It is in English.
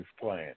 plan